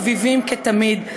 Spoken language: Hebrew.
חביבים כתמיד,